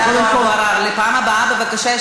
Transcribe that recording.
חבר הכנסת טלב אבו עראר, לפעם הבאה, בבקשה.